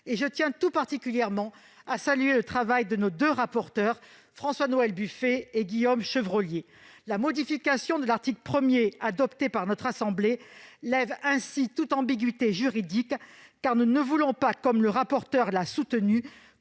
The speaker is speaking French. et je tiens tout particulièrement à saluer le travail de nos deux rapporteurs François-Noël Buffet et Guillaume Chevrollier. La modification de l'article 1 adoptée par notre assemblée lève ainsi toute ambiguïté juridique, car nous ne voulons pas, comme le rapporteur l'a soutenu,